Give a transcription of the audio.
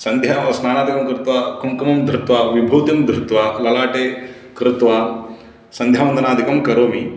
सन्ध्या स्नानादिकं कृत्वा कुङ्कुमं धृत्वा विभूतिं धृत्वा ललाटे कृत्वा सन्ध्यावन्दनादिकं करोमि